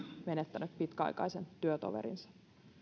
menettänyt pitkäaikaisen työtoverinsa